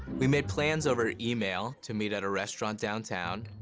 we made plans over email to meet at a restaurant downtown,